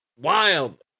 wild